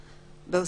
אמת.